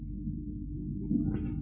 really